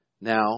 Now